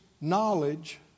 knowledge